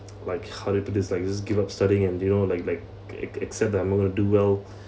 like to this like just give up studying and you know like like ac~ accept that I'm not going to do well